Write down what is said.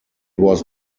was